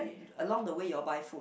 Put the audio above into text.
along the way you all buy food